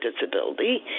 disability